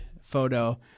photo